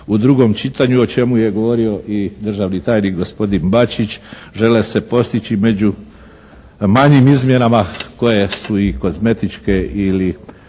u drugom čitanju o čemu je govorio i državni tajnik gospodin Bačić žele se postići među manjim izmjenama koje su i kozmetičke ili